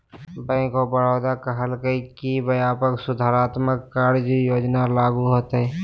bank of Baroda कहलकय कि व्यापक सुधारात्मक कार्य योजना लागू होतय